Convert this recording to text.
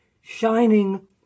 shining